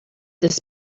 this